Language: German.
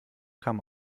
kam